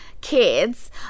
kids